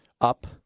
up